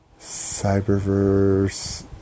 Cyberverse